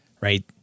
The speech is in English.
right